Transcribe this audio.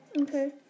Okay